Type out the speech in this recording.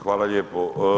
Hvala lijepo.